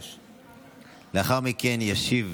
לאחר מכן ישיב